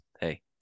Hey